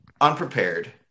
unprepared